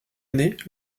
année